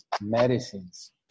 medicines